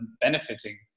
benefiting